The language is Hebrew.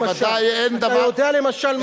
למשל,